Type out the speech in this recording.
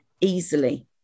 easily